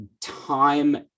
Time